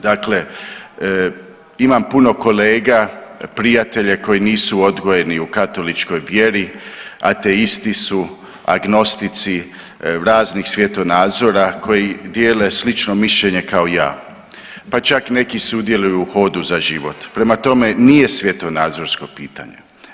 Dakle, imam puno kolega, prijatelja koji nisu odgojeni u katoličkoj vjeri, ateisti su, agnostici, raznih svjetonazora koji dijele slično mišljenje kao ja, pa čak neki sudjeluju u „Hodu za život“, prema tome nije svjetonazorsko pitanje.